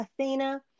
Athena